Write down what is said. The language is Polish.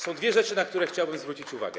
Są dwie rzeczy, na które chciałbym zwrócić uwagę.